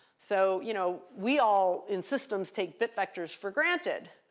so you know we all, in systems, take bit vectors for granted.